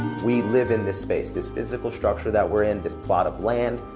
we live in this space this physical structure that we're in, this plot of land.